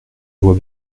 vois